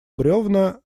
бревна